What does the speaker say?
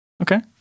Okay